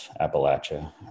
Appalachia